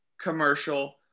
commercial